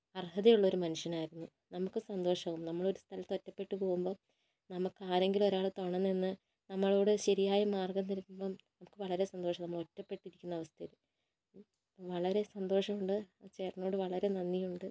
അർഹതയുള്ളൊരു മനുഷ്യനായിരുന്നു നമുക്ക് സന്തോഷവും നമ്മളൊരു സ്ഥലത്ത് ഒറ്റപ്പെട്ടുപോകുമ്പോൾ നമുക്കാരെങ്കിലും ഒരാള് തുണ നിന്ന് നമ്മളോട് ശരിയായ മാർഗം തരുമ്പോൾ നമുക്ക് വളരെ സന്തോഷം നമ്മൾ ഒറ്റപ്പെട്ടിരിക്കുന്ന അവസ്ഥയിൽ വളരേ സന്തോഷം ഉണ്ട് ചേട്ടനോട് വളരെ നന്ദിയുണ്ട്